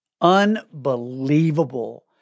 Unbelievable